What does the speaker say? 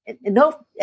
No